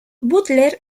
butler